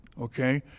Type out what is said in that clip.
Okay